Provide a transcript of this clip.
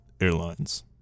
airlines